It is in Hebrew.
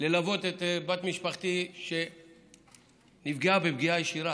ללוות את בת משפחתי שנפגעה בפגיעה ישירה,